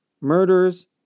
Murders